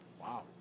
Wow